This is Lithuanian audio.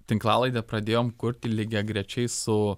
tinklalaidę pradėjom kurti lygiagrečiai su